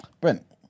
Brent